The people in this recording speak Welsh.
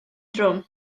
drwm